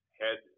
head